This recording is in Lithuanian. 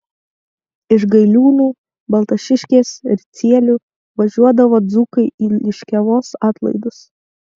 iš gailiūnų baltašiškės ricielių važiuodavo dzūkai į liškiavos atlaidus